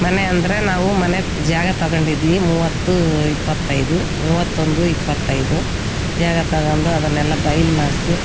ಮನೆ ಅಂದರೆ ನಾವು ಮನೆ ಜಾಗ ತಗೊಂಡಿದ್ವಿ ಮೂವತ್ತು ಇಪ್ಪತ್ತೈದು ಮೂವತ್ತೊಂದು ಇಪ್ಪತ್ತೈದು ಜಾಗ ತಗಂಡು ಅದನ್ನೆಲ್ಲ ಬಯ್ಲು ಮಾಡಿಸಿ